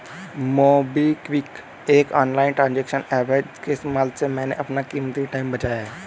MobiKwik एक online transaction app है इसके इस्तेमाल से मैंने अपना कीमती टाइम बचाया है